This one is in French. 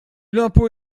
l’impôt